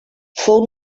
fou